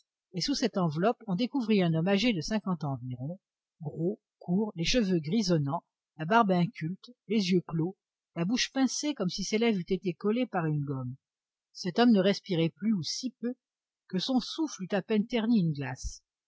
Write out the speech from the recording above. et sous cette enveloppe on découvrit un homme âgé de cinquante ans environ gros court les cheveux grisonnants la barbe inculte les yeux clos la bouche pincée comme si ses lèvres eussent été collées par une gomme cet homme ne respirait plus ou si peu que son souffle eût à peine terni une glace